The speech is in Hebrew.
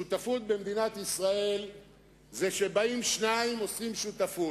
שותפות במדינת ישראל זה שבאים שניים ועושים שותפות,